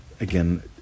again